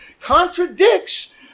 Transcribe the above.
contradicts